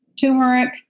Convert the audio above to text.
turmeric